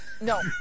No